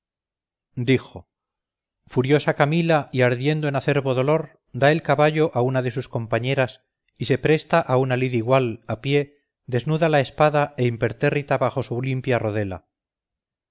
dijo furiosa camila y ardiendo en acerbo dolor da el caballo a una de sus compañeras y se presta a una lid igual a pie desnuda la espada e impertérrita bajo su limpia rodela